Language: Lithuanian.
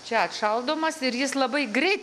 čia atšaldomas ir jis labai greit